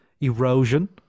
Erosion